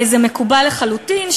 זה מקובל לחלוטין,